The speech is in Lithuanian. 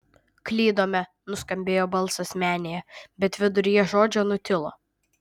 klydome nuskambėjo balsas menėje bet viduryje žodžio nutilo